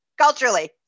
culturally